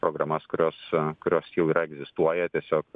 programas kurios kurios jau yra egzistuoja tiesiog